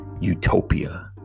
utopia